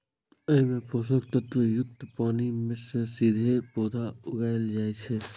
अय मे पोषक तत्व युक्त पानि मे सीधे पौधा उगाएल जाइ छै